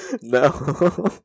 No